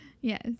Yes